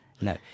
No